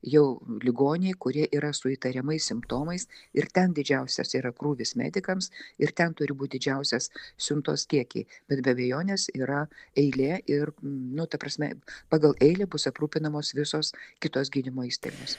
jau ligoniai kurie yra su įtariamais simptomais ir ten didžiausias yra krūvis medikams ir ten turi būt didžiausias siuntos kiekiai bet be abejonės yra eilė ir nu ta prasme pagal eilę bus aprūpinamos visos kitos gydymo įstaigos